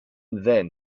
then